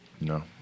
No